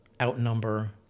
outnumber